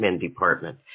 department